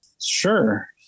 Sure